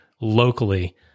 locally